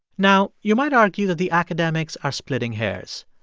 now, you might argue that the academics are splitting hairs.